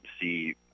see